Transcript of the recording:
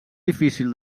difícil